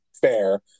fair